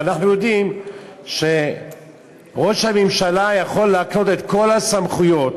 אבל אנחנו יודעים שראש הממשלה יכול להקנות את כל הסמכויות,